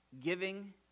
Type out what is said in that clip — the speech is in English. Giving